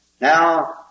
Now